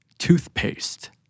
Toothpaste